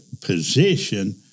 position